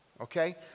okay